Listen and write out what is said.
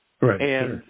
Right